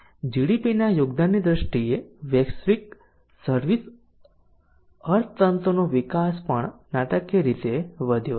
GDP ના યોગદાનની દ્રષ્ટિએ વૈશ્વિક સર્વિસ અર્થતંત્રનો વિકાસ પણ નાટકીય રીતે વધ્યો છે